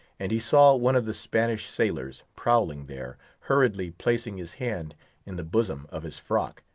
and he saw one of the spanish sailors, prowling there hurriedly placing his hand in the bosom of his frock,